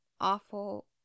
awful